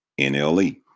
NLE